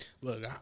Look